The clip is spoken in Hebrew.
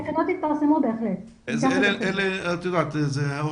התקנות יפורסמו בהחלט, ניקח את זה בחשבון.